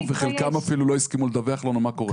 וחלקם אפילו לא הסכימו לדווח לנו מה קורה.